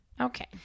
Okay